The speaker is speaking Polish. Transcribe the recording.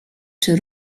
czy